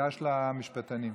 תיגש למשפטנים.